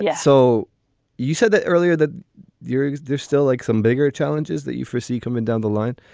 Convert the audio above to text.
yeah so you said that earlier that year there's still like some bigger challenges that you foresee coming down the line.